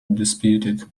disputed